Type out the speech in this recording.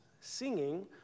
singing